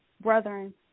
brethren